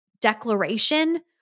declaration